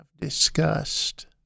discussed